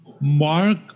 mark